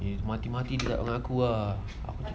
mati-mati tidak berlaku